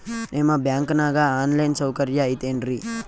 ನಿಮ್ಮ ಬ್ಯಾಂಕನಾಗ online ಸೌಕರ್ಯ ಐತೇನ್ರಿ?